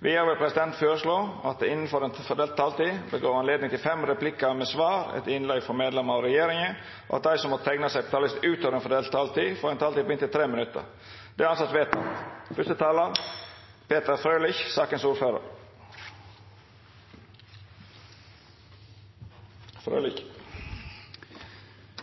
Vidare vil presidenten føreslå at det – innanfor den fordelte taletida – vert gjeve anledning til replikkordskifte på inntil fem replikkar med svar etter innlegg frå medlemer av regjeringa, og at dei som måtte teikna seg på talarlista utover den fordelte taletida, får ei taletid på inntil 3 minutt. – Det er